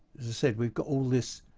said we've got all this